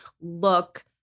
look